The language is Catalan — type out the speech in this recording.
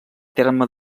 terme